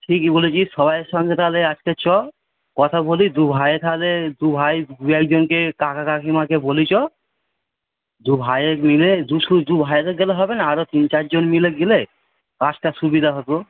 ঠিকই বলেছিস সবাইয়ের সঙ্গে তাহলে আজকে চ কথা বলি দু ভাইয়ে তাহলে দু ভাই দু একজনকে কাকা কাকিমাকে বলি চ দু ভাইয়ে মিলে দু শুধু ভাইয়েদের গেলে হবে না আরো তিন চারজন মিলে গেলে কাছটা সুবিধা হতো